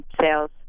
sales